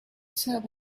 serve